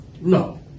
No